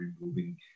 removing